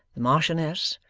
the marchioness,